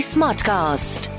Smartcast